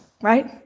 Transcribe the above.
right